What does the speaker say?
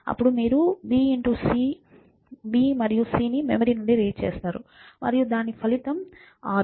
అప్పుడు మీరు b c b మరియు c ని మెమరీ నుండి రీడ్ చేసారు మరియు దాన్ని ఫలితం 6